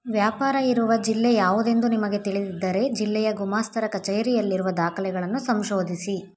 ವ್ಯಾಪಾರ ಇರುವ ಜಿಲ್ಲೆ ಯಾವುದೆಂದು ನಿಮಗೆ ತಿಳಿದಿದ್ದರೆ ಜಿಲ್ಲೆಯ ಗುಮಾಸ್ತರ ಕಚೇರಿಯಲ್ಲಿರುವ ದಾಖಲೆಗಳನ್ನು ಸಂಶೋಧಿಸಿ